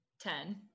ten